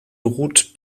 beruht